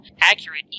accurate